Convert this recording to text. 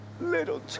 little